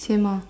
same lah